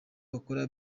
bakora